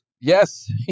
Yes